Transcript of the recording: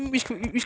ya ya ya